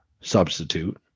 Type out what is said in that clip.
substitute